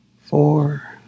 Four